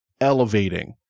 elevating